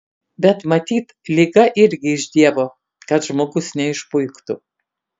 bet matyt liga irgi iš dievo kad žmogus neišpuiktų